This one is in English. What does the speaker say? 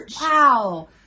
Wow